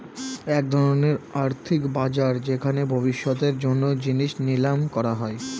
এক ধরনের আর্থিক বাজার যেখানে ভবিষ্যতের জন্য জিনিস নিলাম করা হয়